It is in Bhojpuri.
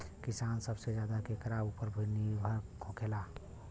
किसान सबसे ज्यादा केकरा ऊपर निर्भर होखेला?